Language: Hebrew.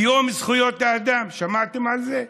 ביום זכויות האדם, שמעתם על זה?